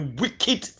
wicked